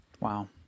Wow